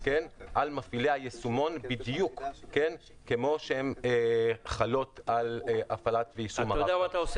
על מפעילי היישומון בדיוק כמו שהן חלות על הפעלת ויישום הרב-קו.